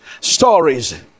stories